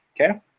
Okay